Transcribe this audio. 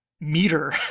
meter